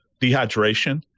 dehydration